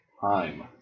time